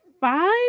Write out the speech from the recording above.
five